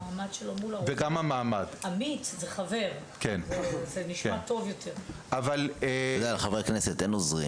עמית נשמע טוב יותר, זה חבר.